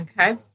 okay